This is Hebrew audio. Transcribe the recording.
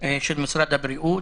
של משרד הבריאות,